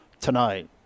tonight